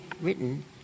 written